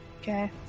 Okay